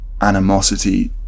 animosity